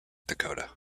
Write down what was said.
dakota